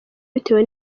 bitewe